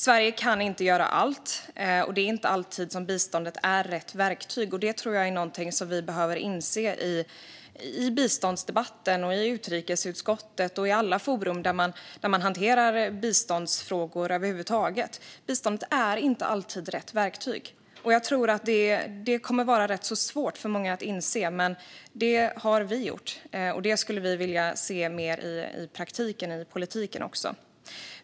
Sverige kan inte göra allt, och det är inte alltid biståndet är rätt verktyg. Det tror jag är någonting som vi behöver inse i biståndsdebatten, i utrikesutskottet och i alla forum där man hanterar biståndsfrågor över huvud taget. Biståndet är inte alltid rätt verktyg. Jag tror att det kommer att vara ganska svårt för många att inse detta, men det har Moderaterna gjort. Vi skulle vilja se mer av det i praktiken och i politiken också.